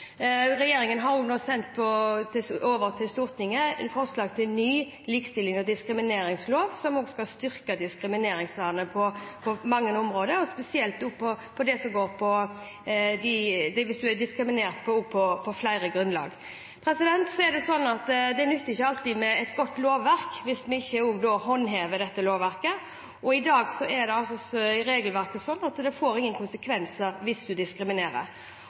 Regjeringen har også sendt over til Stortinget forslag til ny likestillings- og diskrimineringslov, som skal styrke diskrimineringsvernet på mange områder, spesielt diskriminering på flere grunnlag. Det nytter ikke alltid med et godt lovverk hvis vi ikke også håndhever lovverket, og i dag er regelverket slik at det ikke får noen konsekvenser hvis man diskriminerer. Og for første gang har regjeringen sendt over til behandling i Stortinget et forslag om å endre hele håndhevingsapparatet på diskrimineringsfeltet, der det for første gang skal få konsekvenser å diskriminere, og en ny, styrket likestillingsnemnd kan gi oppreisning hvis